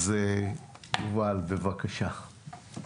יובל, בבקשה.